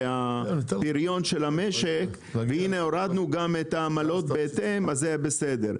והפריון של המשק והנה הורדנו גם את העמלות בהתאם אז זה היה בסדר,